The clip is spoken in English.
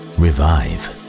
revive